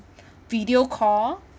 video call